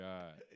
God